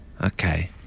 Okay